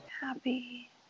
happy